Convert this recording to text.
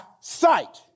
sight